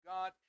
God